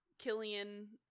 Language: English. Killian